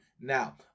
now